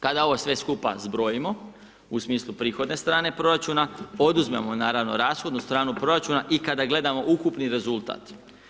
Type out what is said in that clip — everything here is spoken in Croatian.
Kada ovo sve skupa zbrojimo u smislu prihodne strane proračuna, oduzmemo naravno rashodnu stranu proračuna i kada gledamo ukupni rezultat.